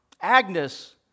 Agnes